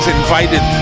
invited